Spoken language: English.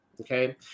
Okay